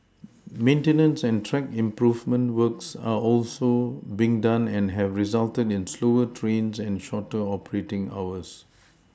maintenance and track improvement works are also being done and have resulted in slower trains and shorter operating hours